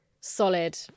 solid